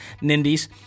Nindies